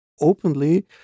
openly